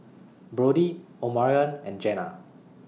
Brodie Omarion and Jena